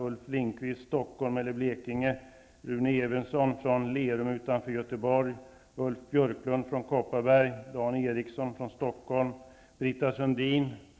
Ulf Lönnqvist kommer från Stockholm eller Blekinge.